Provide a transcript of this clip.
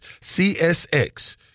CSX